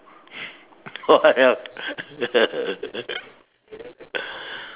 why ah